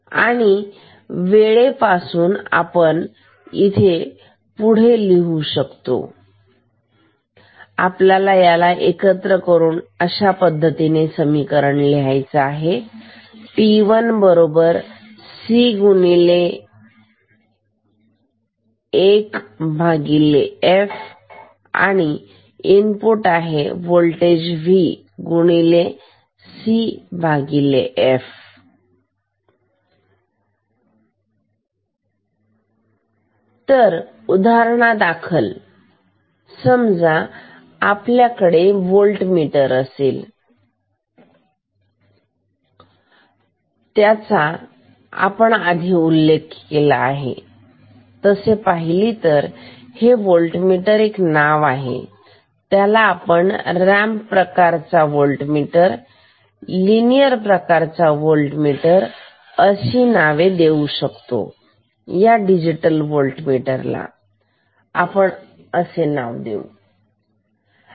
आणि आपण पुढे लिहू शकतो आपण याला एकत्र करून लिहिणार खालील समीकरणे T1 c x 1f ip v x cf तर उदाहरणादाखल समजा आपल्याकडे व्होल्टमीटर असेल त्याचा पण आधी उल्लेख केला आहे तसे पाहिले तर हे व्होल्टमीटर एक नाव आहे त्याला आपण रॅम्प प्रकाराचा व्होल्टमीटर लिनियर प्रकारातला व्होल्टमीटर अशी नाव देऊ शकतो या डिजिटल व्होल्टमीटर ला आपण असे नाव देऊ शकतो